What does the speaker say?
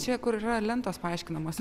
čia kur yra lentos paaiškinamos